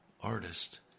artist